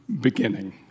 beginning